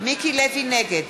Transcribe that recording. נגד